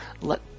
let